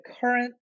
current